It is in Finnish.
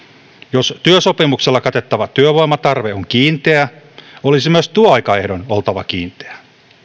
jos työsopimuksella katettava työvoimatarve on kiinteä olisi myös työaikaehdon oltava kiinteä